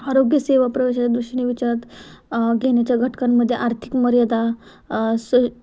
आरोग्यसेवा प्रवेशात दृष्टीने विचारात घेण्याच्या घटकांमध्ये आर्थिक मर्यादा सही